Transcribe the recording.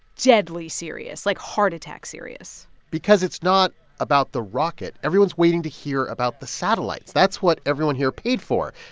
deadly serious like, heart-attack serious because it's not about the rocket. everyone's waiting to hear about the satellites. that's what everyone here paid for.